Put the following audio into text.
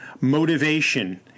motivation